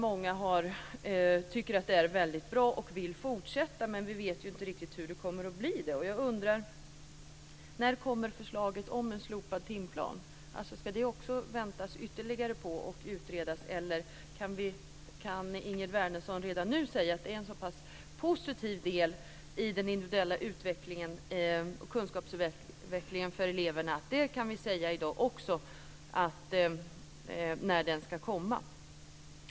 Många tycker att detta är väldigt bra, och vill fortsätta. Men vi vet inte riktigt hur det kommer att bli. Jag undrar när förslaget om en slopad timplan kommer. Ska det också väntas ytterligare på och utredas? Eller kan Ingegerd Wärnersson redan nu säga att det är en så pass positiv del i den individuella utvecklingen och kunskapsutvecklingen för eleverna att vi kan säga i dag när den ska komma?